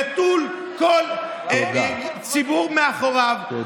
נטול כל ציבור מאחוריו, תודה.